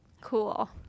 Cool